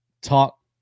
talk